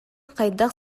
хайдах